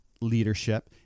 leadership